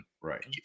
Right